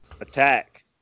attack